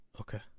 okay